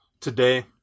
today